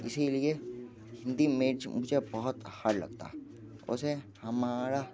इसीलिए हिंदी में मुझे बहुत अच्छा लगता है उसे हमारा